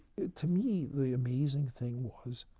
to me, the amazing thing was,